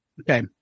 Okay